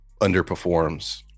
underperforms